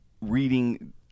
reading